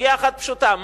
סוגיה אחת פשוטה.